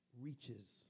reaches